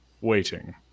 waiting